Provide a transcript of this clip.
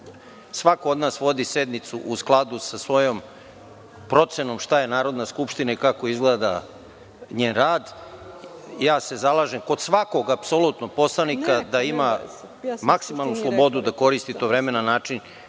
Svako od nas vodi sednicu u skladu sa svojom procenom šta je Narodna skupština i kako izgleda njen rad. Ja se zalažem kod svakog, apsolutno, poslanika da ima maksimalnu slobodu da koristi to vreme na način